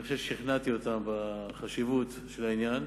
חושב ששכנעתי אותם בחשיבות של העניין,